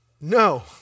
No